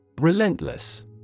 Relentless